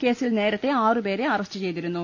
കേസിൽ നേരത്തെ ആറുപേരെ അറസ്റ്റ് ചെയ്തിരുന്നു